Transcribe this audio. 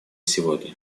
сегодня